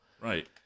Right